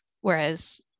Whereas